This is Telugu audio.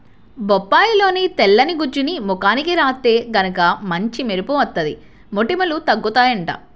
బొప్పాయిలోని తెల్లని గుజ్జుని ముఖానికి రాత్తే గనక మంచి మెరుపు వత్తది, మొటిమలూ తగ్గుతయ్యంట